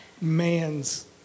man's